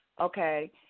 Okay